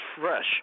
fresh